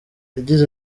yagize